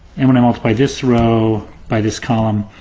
and when i multiply this row by this column,